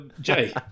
Jay